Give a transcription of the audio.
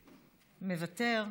מוותר.